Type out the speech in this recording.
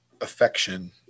affection